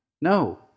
No